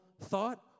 thought